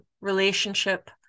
relationship